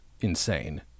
insane